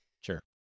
Sure